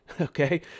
Okay